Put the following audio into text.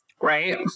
Right